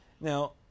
Now